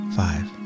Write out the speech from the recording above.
five